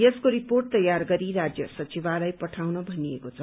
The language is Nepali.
यसको रिपोर्ट तयार गरी राज्य सचिवालय पठाउन भनिएको छ